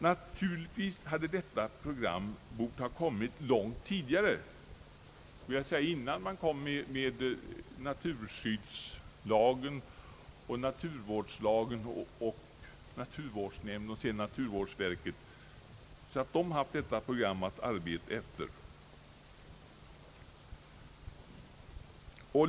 Naturligtvis hade detta program bort komma långt tidigare, helst innan man lade fram förslag om naturskyddslagen och naturvårdslagen och innan naturvårdsnämnden och därefter naturvårdsverket inrättades, så att de haft detta program att arbeta efter.